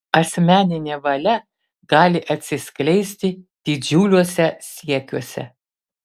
asmeninė valia gali atsiskleisti didžiuliuose siekiuose